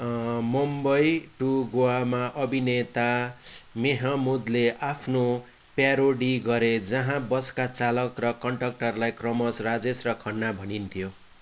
Mumbai to गोवामा अभिनेता मेहमूदले आफ्नो प्यारोडी गरे जहाँ बसका चालक र कन्डक्टरलाई क्रमशः राजेश र खन्ना भनिन्थ्यो